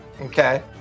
Okay